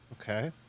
Okay